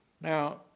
Now